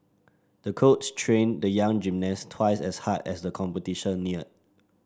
the coach trained the young gymnast twice as hard as the competition neared